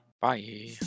Bye